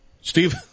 Steve